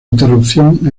interrupción